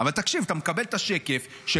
אבל תקשיב, אתה מקבל את השקף של